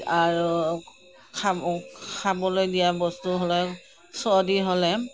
আৰু খাব খাবলৈ দিয়া বস্তু হ'লে চৰ্দি হ'লে